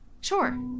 Sure